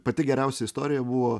pati geriausia istorija buvo